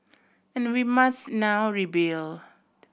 and we must now rebuild